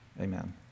Amen